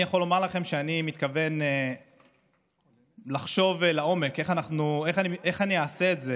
אני יכול לומר לכם שאני מתכוון לחשוב לעומק איך אני אעשה את זה